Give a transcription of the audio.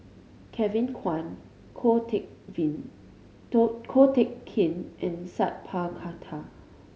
Kevin Kwan Ko Teck Ko Teck Kin and Sat Pal Khattar